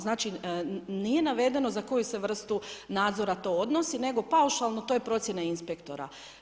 Znači nije navedeno, za koju se vrstu nadzora to odnosa, nego paušalno, to je procjena inspektora.